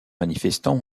manifestants